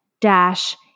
dash